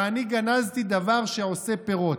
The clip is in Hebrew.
ואני גנזתי דבר שעושה פירות,